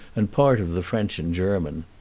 and part of the french and german.